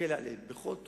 להקל עליהם בכל תחום,